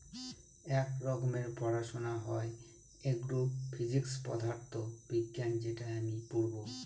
এক রকমের পড়াশোনা হয় এগ্রো ফিজিক্স পদার্থ বিজ্ঞান যেটা আমি পড়বো